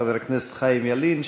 חבר הכנסת חיים ילין,